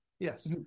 Yes